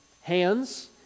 hands